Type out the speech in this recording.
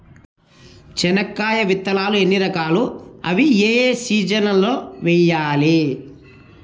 చెనక్కాయ విత్తనాలు ఎన్ని రకాలు? అవి ఏ ఏ సీజన్లలో వేయాలి?